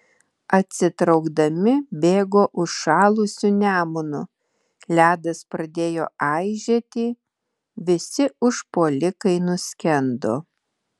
atsitraukdami bėgo užšalusiu nemunu ledas pradėjo aižėti visi užpuolikai nuskendo